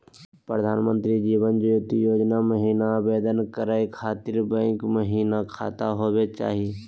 प्रधानमंत्री जीवन ज्योति योजना महिना आवेदन करै खातिर बैंको महिना खाता होवे चाही?